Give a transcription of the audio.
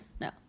no